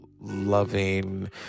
Loving